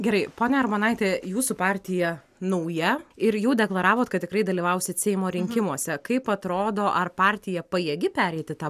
gerai ponia armonaite jūsų partija nauja ir jau deklaravot kad tikrai dalyvausit seimo rinkimuose kaip atrodo ar partija pajėgi pereiti tą